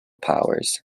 powers